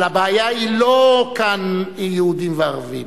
אבל הבעיה כאן היא לא יהודים וערבים.